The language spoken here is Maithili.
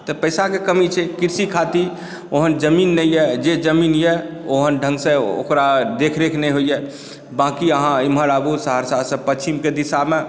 तऽ पैसाके कमी छै कृषि खातिर ओहन जमीन नहि यए जे जमीन यए ओहन ढङ्गसँ ओकरा देखरेख नहि होइए बाँकी अहाँ इमहर आबू सहरसासँ पश्चिमके दिशामे